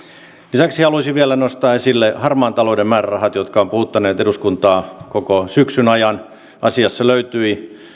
lisäksi haluaisin vielä nostaa esille harmaan talouden määrärahat jotka ovat puhuttaneet eduskuntaa koko syksyn ajan asiassa löytyi